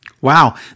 wow